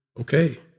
Okay